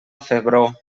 febró